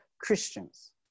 Christians